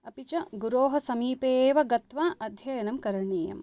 अपि च गुरोः समीपे एव गत्वा अध्ययनं करणीयम्